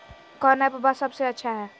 कौन एप्पबा सबसे अच्छा हय?